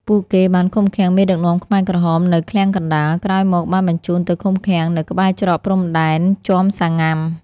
ពួកគេ បានឃុំឃាំងមេដឹកនាំខ្មែរក្រហមនៅឃ្លាំងកណ្តាល ក្រោយមកបានបញ្ជូនទៅឃុំឃាំងនៅក្បែរច្រកព្រំដែនជាំសាងុំា។